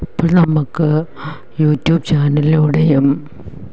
ഇപ്പം നമുക്ക് യൂട്യൂബ് ചാനലിലൂടെയും